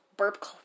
burp